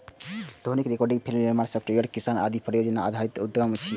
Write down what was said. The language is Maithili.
ध्वनि रिकॉर्डिंग, फिल्म निर्माण, सॉफ्टवेयर विकास आदि परियोजना आधारित उद्यम छियै